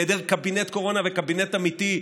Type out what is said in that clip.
בהיעדר קבינט קורונה וקבינט אמיתי,